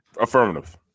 Affirmative